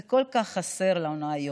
זה כל כך חסר לנו היום,